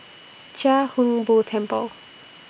Chia Hung Boo Temple